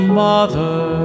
mother